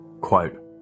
Quote